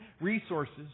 resources